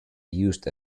used